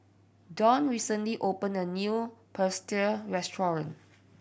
Dawn recently opened a new Pretzel restaurant